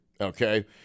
okay